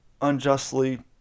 unjustly